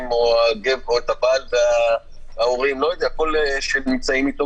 או את הבעל וההורים שנמצאים איתו,